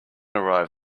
arrive